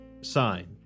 Sign